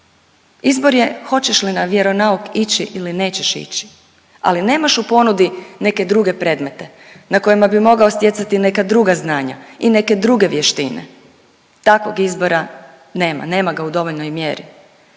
Izbor je hoćeš li na vjeronauk ići ili nećeš ići, ali nemaš u ponudi neke druge predmete na kojima bi mogao stjecati neka druga znanja i neke druge vještine. Takvog izbora nema, nema ga u dovoljnoj mjeri